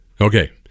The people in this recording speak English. okay